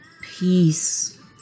Peace